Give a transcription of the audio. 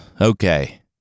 okay